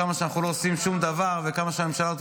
כמה שאנחנו לא עושים שום דבר וכמה שהממשלה הזאת